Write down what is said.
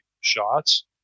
shots